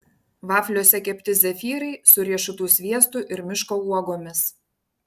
vafliuose kepti zefyrai su riešutų sviestu ir miško uogomis